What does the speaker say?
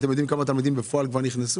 אתם יודעים כמה תלמידים כבר נכנסו בפועל?